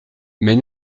mais